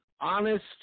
honest